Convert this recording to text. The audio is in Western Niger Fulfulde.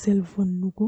taa hukka.